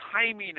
timing